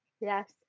Yes